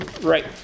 right